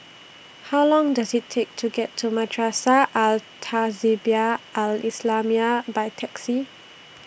How Long Does IT Take to get to Madrasah Al Tahzibiah Al Islamiah By Taxi